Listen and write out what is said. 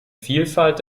vielfalt